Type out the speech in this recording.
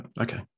okay